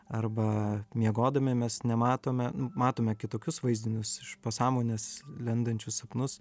arba miegodami mes nematome matome kitokius vaizdinius iš pasąmonės lendančius sapnus